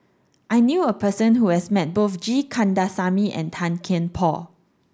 I knew a person who has met both G Kandasamy and Tan Kian Por